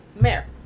Mayor